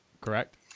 Correct